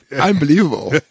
Unbelievable